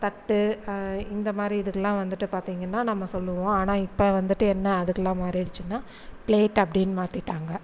தட்டு இந்தமாதிரி இதுலாம் வந்துட்டு பார்த்திங்கன்னா நம்ம சொல்லுவோம் ஆனால் இப்போ வந்துட்டு என்ன அதுக்கெலாம் மாறிடுச்சின்னால் பிளேட் அப்படின்னு மாத்திட்டாங்கள்